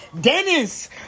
Dennis